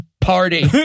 party